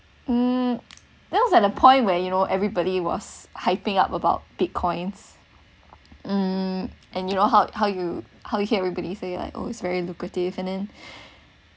mm that was at a point where you know everybody was hyping up about bitcoins mm and you know how how you how you hear everybody say like oh it's very lucrative and then